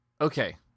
Okay